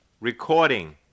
recording